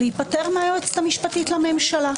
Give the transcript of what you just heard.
להיפטר מהיועצת המשפטית לממשלה,